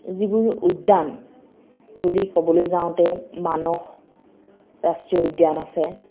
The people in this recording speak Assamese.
যিবোৰ উদ্যান বুলি ক'বলৈ যাওঁতে মানস ৰাষ্ট্ৰীয় উদ্যান আছে